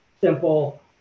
simple